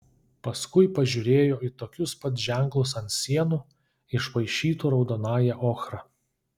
paskui pažiūrėjo į tokius pat ženklus ant sienų išpaišytų raudonąja ochra